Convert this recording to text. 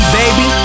baby